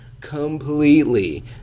completely